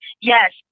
yes